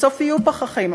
בסוף יהיו פחחים,